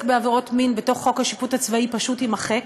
בעבירות מין בחוק השיפוט הצבאי פשוט יימחק,